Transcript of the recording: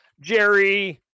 Jerry